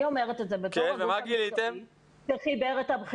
אני אומרת את זה בתור ה- -- שחיבר את הבחינות,